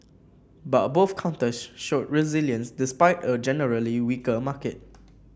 but both counters showed resilience despite a generally weaker market